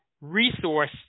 resource